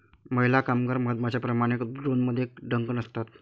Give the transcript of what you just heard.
महिला कामगार मधमाश्यांप्रमाणे, ड्रोनमध्ये डंक नसतात